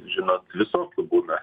žinot visokių būna